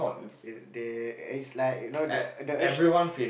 they it's like you know the the urge